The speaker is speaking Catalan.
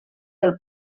del